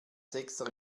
sechser